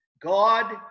God